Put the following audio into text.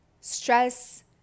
stress